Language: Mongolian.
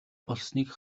болсныг